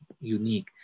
unique